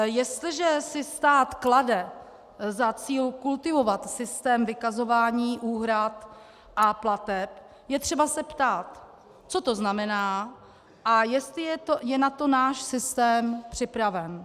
Jestliže si stát klade za cíl kultivovat systém vykazování úhrad a plateb, je třeba se ptát, co to znamená a jestli je na to náš systém připraven.